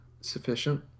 sufficient